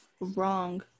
wrong